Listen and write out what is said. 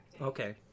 Okay